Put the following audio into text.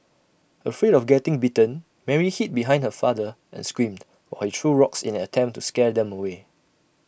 afraid of getting bitten Mary hid behind her father and screamed while he threw rocks in an attempt to scare them away